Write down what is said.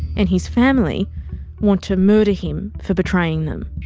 and his family want to murder him for betraying them.